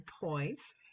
points